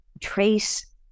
trace